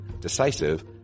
decisive